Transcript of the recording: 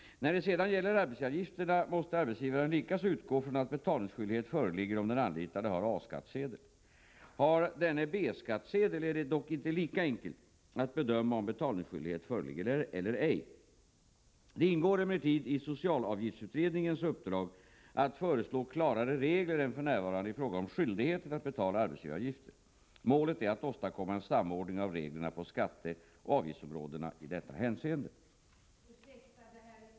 När det sedan gäller arbetsgivaravgifterna måste arbetsgivaren likaså utgå från att betalningsskyldighet föreligger om den anlitade har A-skattesedel. Har denne B-skattesedel är det dock inte lika enkelt att bedöma om betalningsskyldighet föreligger eller ej. Det ingår emellertid i socialavgiftsutredningens uppdrag att föreslå klarare regler än f.n. i fråga om skyldigheten att betala arbetsgivaravgifter. Målet är att åstadkomma en samordning av reglerna på skatteoch avgiftsområdena i detta hänseende.